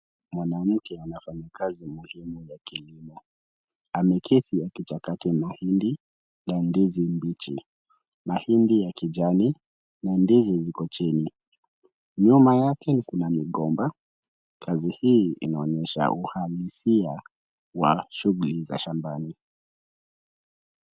Mwanamke anafanya kazi muhimu ya kilimo. Ameketi akichakata mahindi na ndizi mbichi. Mahindi ya kijani na ndizi ziko chini. Nyuma yake kuna migomba. Kazi hii inaonyesha uhalisia wa shughuli za shambani.